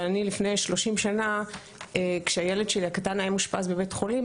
אבל אני לפני 30 שנה כשהילד שלי הקטן היה מאושפז בבית חולים,